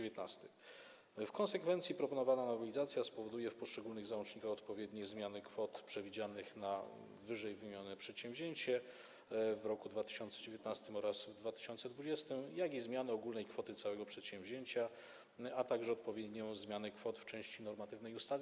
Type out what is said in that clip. W konsekwencji proponowana nowelizacja spowoduje w poszczególnych załącznikach zarówno odpowiednie zmiany kwot przewidzianych na ww. przedsięwzięcie w roku 2019 oraz roku 2020, jak i zmiany ogólnej kwoty całego przedsięwzięcia, a także odpowiednią zmianę kwot w części normatywnej ustawy.